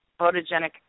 photogenic